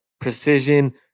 precision